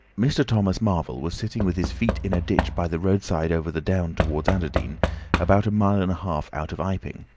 mr. thomas marvel was sitting with his feet in a ditch by the roadside over the down towards and adderdean, about a mile and a half out of iping.